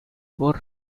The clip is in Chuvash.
пур